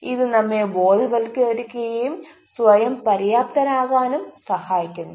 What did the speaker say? ഇത് നമ്മെ ബോധവൽക്കരിക്കുകയും സ്വയം പര്യപ്തരാകാനും സഹായിക്കുന്നു